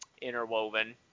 interwoven